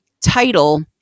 title